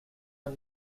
amb